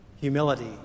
humility